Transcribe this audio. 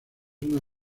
una